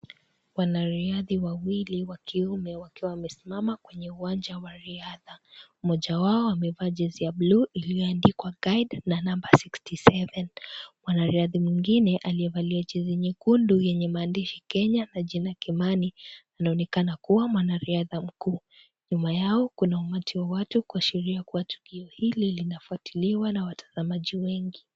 Wanariadha wawili wa kiume wakiwa wamesimama kwenye uwanja wa riadha. Mmoja wao amevaa jezi ya bluu iliyoandikwa GUIDE na nambari 67. Mwanariadha mwingine aliyevalia jezi nyekundu yenye maandishi Kenya na jina Kimani anaonekana kuwa mwanariadha mkuu. Nyuma yao kuna umati wa watu kuasharia kuwa tukio hili linafuatiliwa na watazamaji wengi.